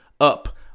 Up